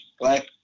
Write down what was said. black